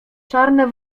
czarne